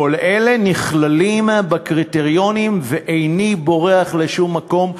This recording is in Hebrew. כל אלה נכללים בקריטריונים, ואיני בורח לשום מקום.